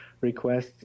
requests